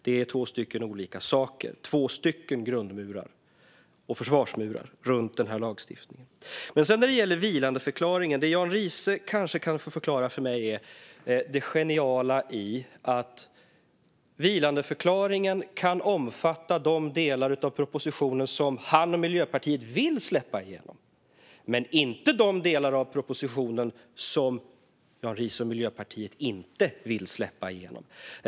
Det är två olika saker, två stycken grundmurar och försvarsmurar runt den här lagstiftningen. När det gäller vilandeförklaringen kanske Jan Riise kan förklara för mig det geniala i att den kan omfatta de delar av propositionen som han och Miljöpartiet vill släppa igenom men inte de delar av propositionen som Jan Riise och Miljöpartiet inte vill släppa igenom.